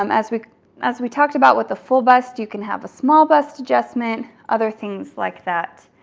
um as we as we talked about with the full bust, you can have a small bust adjustment, other things like that.